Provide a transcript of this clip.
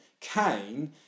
Cain